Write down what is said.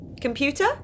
Computer